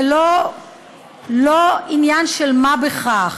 ולא עניין של מה בכך,